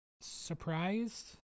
surprised